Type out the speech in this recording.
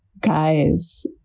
guys